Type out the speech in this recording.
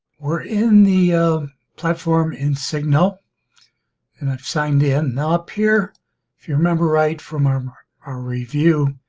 we're in the platform insignal and i've signed in now up here if you remember right from um our our review